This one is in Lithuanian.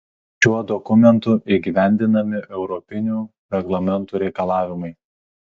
šiuo dokumentu įgyvendinami europinių reglamentų reikalavimai